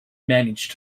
manage